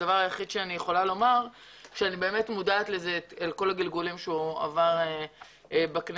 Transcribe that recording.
אני מודעת לכל הגלגולים שהוא עבר בכנסת.